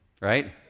right